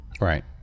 Right